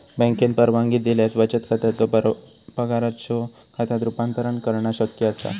बँकेन परवानगी दिल्यास बचत खात्याचो पगाराच्यो खात्यात रूपांतर करणा शक्य असा